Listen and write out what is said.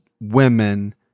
women